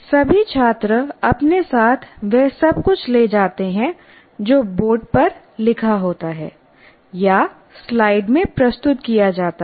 सभी छात्र अपने साथ वह सब कुछ ले जाते हैं जो बोर्ड पर लिखा होता है या स्लाइड में प्रस्तुत किया जाता है